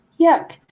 Yuck